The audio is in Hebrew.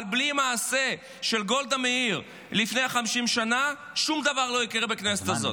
אבל בלי המעשה של גולדה מאיר לפני 50 שנה שום דבר לא יקרה בכנסת הזאת.